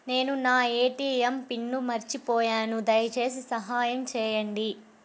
నేను నా ATM pin మర్చిపోయాను దయచేసి సహాయం చేయండి